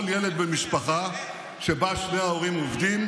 לכל ילד במשפחה שבה שני ההורים עובדים,